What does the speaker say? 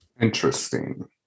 Interesting